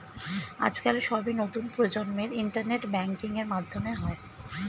আজকাল সবই নতুন প্রজন্মের ইন্টারনেট ব্যাঙ্কিং এর মাধ্যমে হয়